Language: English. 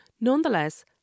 Nonetheless